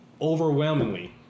Overwhelmingly